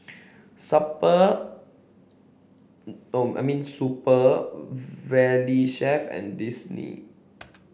Super Valley Chef and Disney